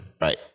Right